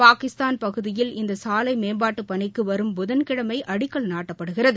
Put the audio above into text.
பாகிஸ்தான் பகுதியில் இந்த சாலை மேம்பாட்டுப் பணிக்கு வரும் புதன் கிழமை அடிக்கல் நாட்டப்படுகிறது